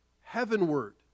heavenward